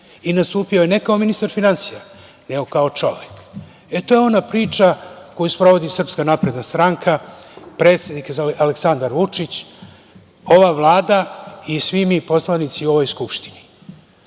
Nastupio je ne kao ministar finansija, nego kao čovek. To je ona priča koju sprovodi SNS, predsednik Aleksandar Vučić, ova Vlada i svi mi poslanici u Narodnoj skupštini.